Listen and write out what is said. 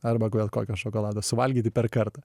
arba bet kokio šokolado suvalgyti per kartą